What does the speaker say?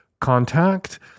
contact